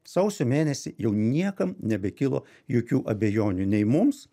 sausio mėnesį jau niekam nebekilo jokių abejonių nei mums